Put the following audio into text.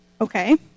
Okay